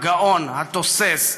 הגאון התוסס,